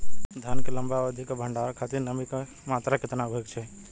धान के लंबा अवधि क भंडारण खातिर नमी क मात्रा केतना होके के चाही?